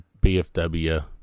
BFW